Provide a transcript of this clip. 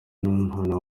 n’umwana